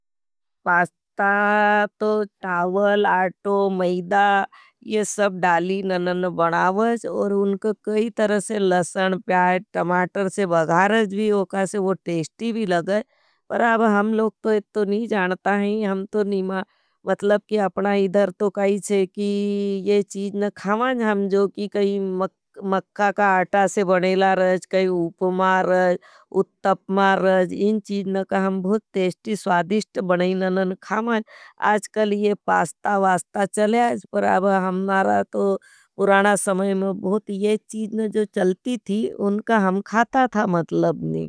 पास्ता, चावल, आटो, महिदा, ये सब डाली ननन बनावज। और उनको कई तरह से लसन, प्याज, टमाटर से भगारज भी ओकासे। वो टेस्टी भी लगगे पर आब हम लोग तो ये तो नहीं जानता हैं। हम तो निमा मतलब कि अपना इधर तो काई है। कि ये चीजन खामाज हम जो कि काई मक्खा का आटा से बनेला रज। काई उपमा रज, उत्तपमा रज, इन चीजन का हम बहुत तेस्टी, स्वादिष्ट बनेला ननन खामाज। आजकल ये पास्ता वास्ता चले आज, पर आब हमारा तो पुराना समय में बहुत ये चीजन जो चलती थी, उनका हम खाता था मतलब ने।